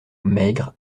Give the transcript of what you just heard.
maigre